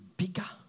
bigger